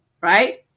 right